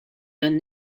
donne